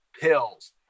pills